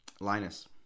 Linus